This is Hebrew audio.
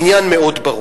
עניין מאוד ברור.